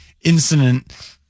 incident